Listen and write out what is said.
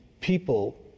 people